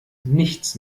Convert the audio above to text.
nichts